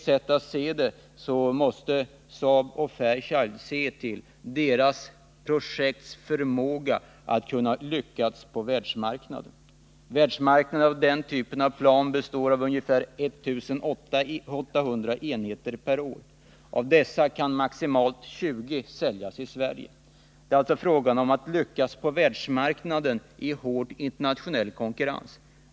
Som jag ser det måste Saab och Fairchild se till möjligheterna att lyckas med projektet med avseende på försäljningen på världsmarknaden. Marknaden för denna typ av plan omfattas av ungefär 1800 enheter per år. Av dessa kan maximalt 20 säljas i Sverige. Det är alltså fråga om att lyckas på världsmarknaden i hård internationell konkurrens.